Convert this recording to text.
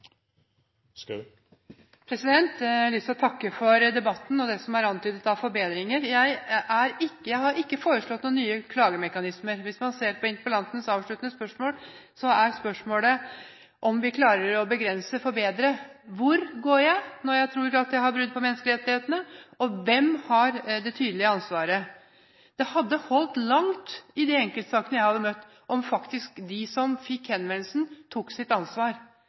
antydet av forbedringer. Jeg har ikke foreslått noen nye klagemekanismer. Hvis man ser på interpellantens avsluttende spørsmål, går det på om vi klarer å begrense/forbedre. Hvor går jeg når jeg tror at det foreligger brudd på mine menneskerettigheter, og hvem har det tydelige ansvaret? Det hadde holdt langt i de enkeltsakene jeg har sett, om de som fikk henvendelsen, tok sitt ansvar.